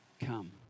come